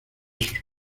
sus